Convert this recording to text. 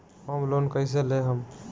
Home loan कैसे लेहम?